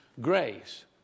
grace